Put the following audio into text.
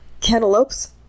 cantaloupes